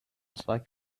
zwei